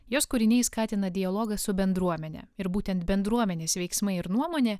jos kūriniai skatina dialogą su bendruomene ir būtent bendruomenės veiksmai ir nuomonė